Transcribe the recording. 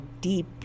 deep